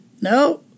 No